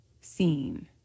seen